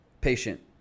patient